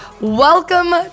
welcome